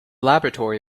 laboratory